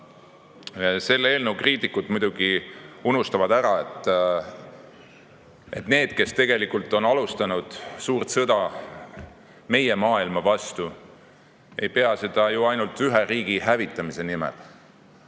Selle eelnõu kriitikud muidugi unustavad ära, et need, kes tegelikult on alustanud suurt sõda meie maailma vastu, ei pea seda ju ainult ühe riigi hävitamise nimel.